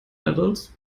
adults